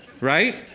Right